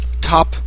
Top